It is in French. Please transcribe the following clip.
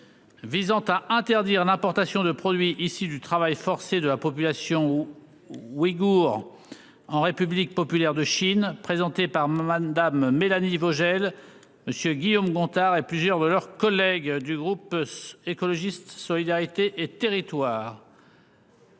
visant à interdire l'importation de produits issus du travail forcé de la population ouïghoure en République populaire de Chine, présentée par Mme Mélanie Vogel, M. Guillaume Gontard et plusieurs de leurs collègues (proposition n° 242).